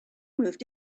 moved